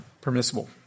permissible